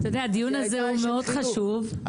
היא הייתה אשת חינוך.